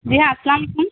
جی ہاں السلام علیکم